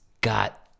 got